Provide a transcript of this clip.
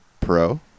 pro